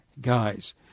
guys